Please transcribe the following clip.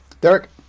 Derek